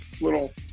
little –